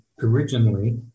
originally